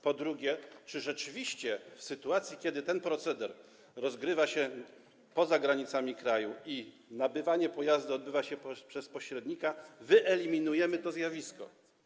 Po drugie, czy rzeczywiście w sytuacji gdy ten proceder rozgrywa się poza granicami kraju i nabywanie pojazdu odbywa się przez pośrednika, wyeliminujemy to zjawisko?